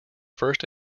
first